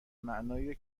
معنای